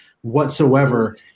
whatsoever